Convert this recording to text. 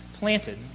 planted